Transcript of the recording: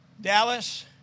Dallas